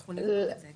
אנחנו נבדוק את זה.